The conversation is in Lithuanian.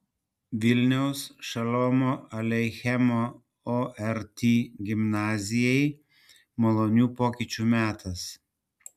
vilniaus šolomo aleichemo ort gimnazijai malonių pokyčių metas